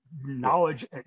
knowledge